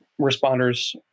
responders